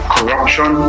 Corruption